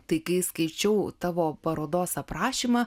tai kai skaičiau tavo parodos aprašymą